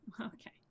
Okay